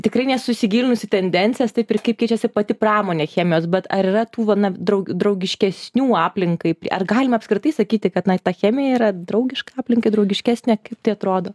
tikrai nesu įsigilinus į tendencijas taip ir kaip keičiasi pati pramonė chemijos bet ar yra tų va na draug draugiškesnių aplinkai ar galim apskritai sakyti kad na ta chemija yra draugiška aplinkai draugiškesnė kaip tai atrodo